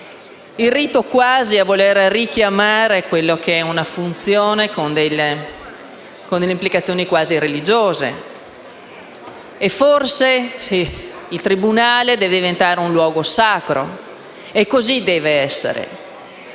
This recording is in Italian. riti, quasi a voler richiamare una funzione che ha implicazioni quasi religiose. Forse il tribunale deve diventare un luogo sacro, e così deve essere.